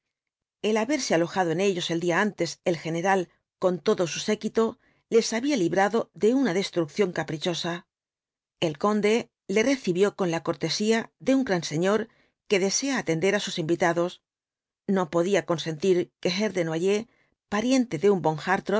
el haberse alojado en ellos el día antes el general con todo su séquito les había librado de una destrucción caprichosa el conde le recibió con la cortesía de un gran señor que desea atender á sus invitados no podía consentir que herr desnoyers pariente de un von